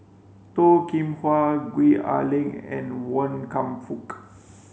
Toh Kim Hwa Gwee Ah Leng and Wan Kam Fook